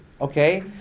okay